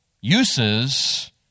uses